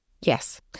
Yes